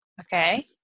Okay